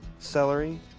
celery.